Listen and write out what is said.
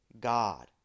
God